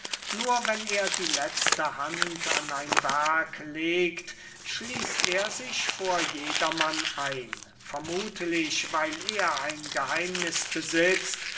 nur wenn er die letzte hand an ein werk legt schließt er sich vor jedermann ein vermuthlich weil er ein geheimniß besitzt